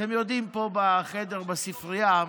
אתם יודעים, פה בחדר בספרייה,